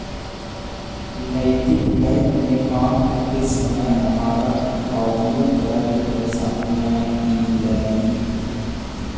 नैतिक बैंक में काम करते समय हमारा कउनो तरह के परेशानी न ईलई